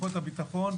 כוחות הביטחון,